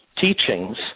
teachings